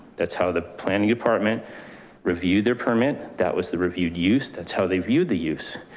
that's how the planning department reviewed their permit. that was the reviewed use. that's how they viewed the use.